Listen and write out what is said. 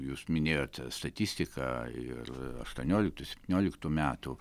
jūs minėjot statistiką ir aštuonioliktų septynioliktų metų